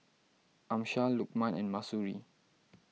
Amsyar Lukman and Mahsuri